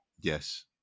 Yes